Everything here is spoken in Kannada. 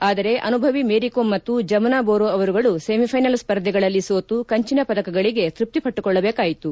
ಆದರೆ ಅನುಭವಿ ಮೇರಿಕೋಮ್ ಮತ್ತು ಜಮುನಾ ಬೋರೋ ಅವರುಗಳು ಸೆಮಿಫೈನಲ್ ಸ್ವರ್ಧೆಗಳಲ್ಲಿ ಸೋತು ಕಂಚಿನ ಪದಕಗಳಿಗೆ ತೃಪ್ತಿಪಟ್ಟುಕೊಳ್ಳಬೇಕಾಯಿತು